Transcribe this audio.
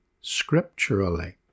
scripturally